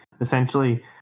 essentially